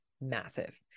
massive